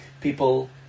people